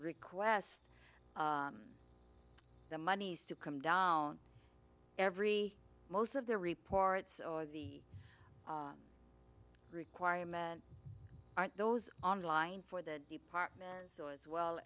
request the moneys to come down every most of the reports or the requirement aren't those on line for the department so as well